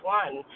one